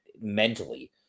mentally